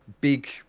big